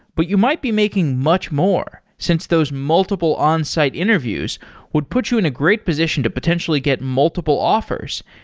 but you might be making much more since those multiple onsite interviews would put you in a great position to potentially get multiple offers,